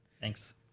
Thanks